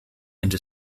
into